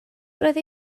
roedd